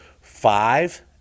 five